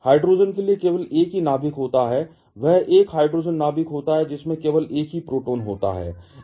hydrogen के लिए केवल एक ही नाभिक होता है वह एक हाइड्रोजन नाभिक होता है जिसमें केवल एक ही प्रोटॉन होता है